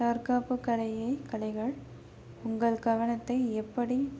தற்காப்பு கலையை கலைகள் உங்கள் கவனத்தை எப்படி